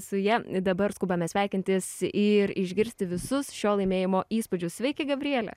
su ja dabar skubame sveikintis ir išgirsti visus šio laimėjimo įspūdžius sveiki gabriele